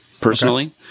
personally